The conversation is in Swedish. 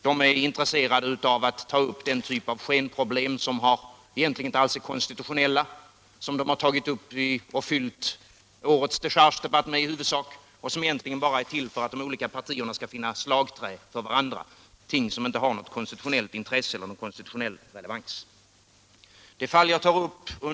De är intresserade av att ta upp den typ av skenproblem — som egentligen inte alls är konstitutionella — som de i huvudsak fyllt årets dechargedebatt med. De för en debatt som egentligen bara är till för att de olika partierna skall finna slagträn mot varandra om ting som inte har något konstitutionellt intresse eller någon konstitutionell relevans.